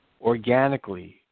organically